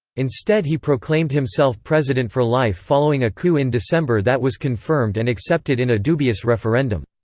instead he proclaimed himself president for life following a coup in december that was confirmed and accepted in a dubious referendum.